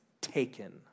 taken